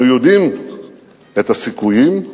אנו יודעים את הסיכויים,